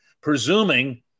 presuming